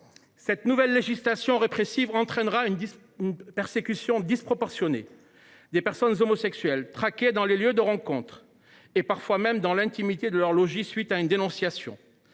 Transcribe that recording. Cette nouvelle législation répressive entraîna une persécution des personnes homosexuelles, traquées dans les lieux de rencontre et parfois jusque dans l’intimité de leur logis à la suite d’une dénonciation.